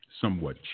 somewhat